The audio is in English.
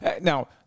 Now